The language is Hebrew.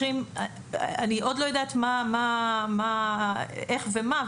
אני עוד לא יודעת איך ומה,